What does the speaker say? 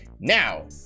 now